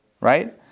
right